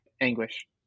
anguish